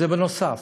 זה נוסף,